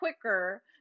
quicker